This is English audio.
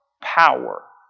power